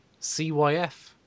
CYF